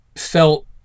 felt